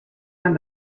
man